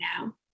now